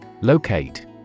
Locate